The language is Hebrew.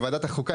מוועדת החוקה,